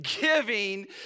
giving